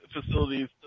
facilities